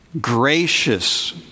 Gracious